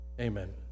Amen